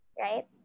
Right